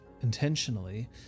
intentionally